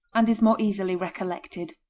and is more easily recollected.